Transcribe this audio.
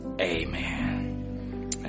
Amen